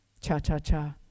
Cha-cha-cha